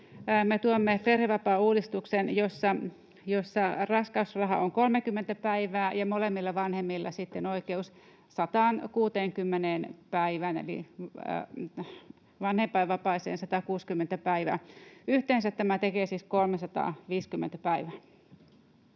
tuomme perhevapaauudistuksen, jossa raskausraha on 30 päivää ja molemmilla vanhemmilla sitten oikeus vanhempainvapaaseen 160 päivää. Yhteensä tämä tekee siis 350 päivää.